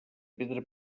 pedra